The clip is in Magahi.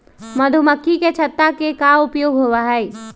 मधुमक्खी के छत्ता के का उपयोग होबा हई?